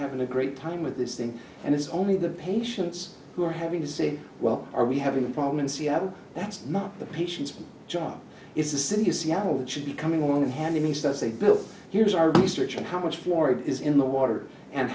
having a great time with this thing and it's only the patients who are having to say well are we having a problem in seattle that's not the patient's chart is a city of seattle that should be coming on hand and he says they built here's our research on how much more it is in the water and